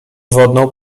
wodną